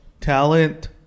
talent